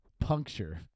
Puncture